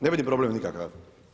Ne vidim problem nikakav.